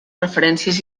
referències